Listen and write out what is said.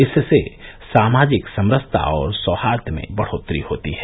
इससे सामाजिक समरसता और सौहार्द में बढ़ोत्तरी होती है